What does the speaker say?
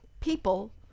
people